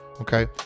okay